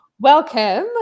welcome